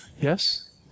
yes